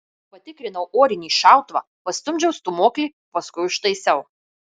patikrinau orinį šautuvą pastumdžiau stūmoklį paskui užtaisiau